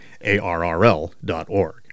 ARRL.org